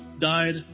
died